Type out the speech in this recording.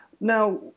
Now